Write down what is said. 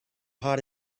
hot